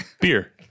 beer